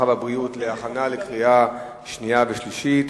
הרווחה והבריאות להכנה לקריאה שנייה ושלישית.